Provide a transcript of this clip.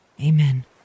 Amen